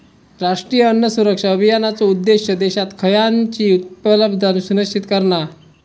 राष्ट्रीय अन्न सुरक्षा अभियानाचो उद्देश्य देशात खयानची उपलब्धता सुनिश्चित करणा